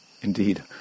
Indeed